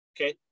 okay